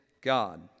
God